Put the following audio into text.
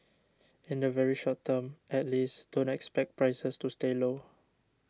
in the very short term at least don't expect prices to stay low